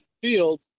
field